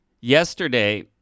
Yesterday